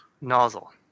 Nozzle